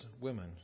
women